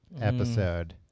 episode